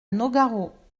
nogaro